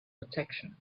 protection